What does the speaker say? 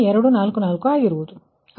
0244 ಆಗಿರುವುದು